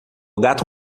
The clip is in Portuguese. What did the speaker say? gato